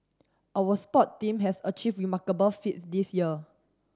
our sport team have achieved remarkable feats this year